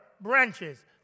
branches